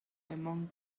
among